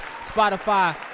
Spotify